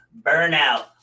burnout